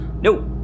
No